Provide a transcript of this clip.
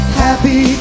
happy